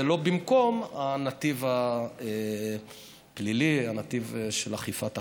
זה לא במקום הנתיב הפלילי, הנתיב של אכיפת החוק.